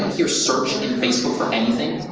here search in facebook for anything?